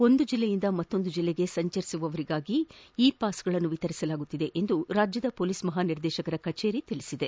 ಒಂದು ಜಿಲ್ಲೆಯಿಂದ ಮತ್ತೊಂದು ಜೆಲ್ಲೆಗೆ ಸಂಚರಿಸುವವರಿಗಾಗಿ ಇ ಪಾಸ್ಗಳನ್ನು ವಿತರಿಸಲಾಗುತ್ತಿದೆ ಎಂದು ರಾಜ್ಯದ ಮೊಲೀಸ್ ಮಹಾನಿರ್ದೇಶಕರ ಕಚೇರಿ ತಿಳಿಸಿದೆ